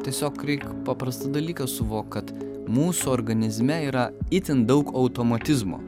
tiesiog reikia paprastą dalyką suvokt kad mūsų organizme yra itin daug automatizmo